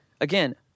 again